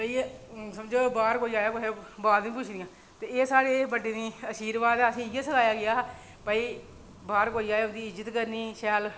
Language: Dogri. ती भई एह् कोई बाहर आया कुसै दी बात निं पुच्छनी ते एह् साढ़े बड्डें दा शीरबाद ऐ ते असें इ'यै सखाया गेआ कि भई बाह्र कोई आवै ते ओह्दी इज्जत करनी शैल